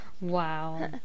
wow